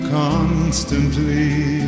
constantly